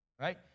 right